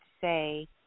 say